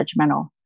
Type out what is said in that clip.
judgmental